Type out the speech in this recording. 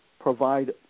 provide